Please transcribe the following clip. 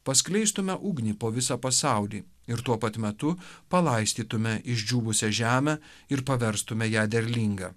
paskleistume ugnį po visą pasaulį ir tuo pat metu palaistytume išdžiūvusią žemę ir paverstume ją derlinga